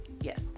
yes